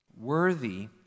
worthy